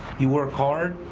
you work hard,